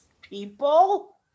people